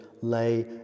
lay